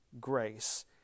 grace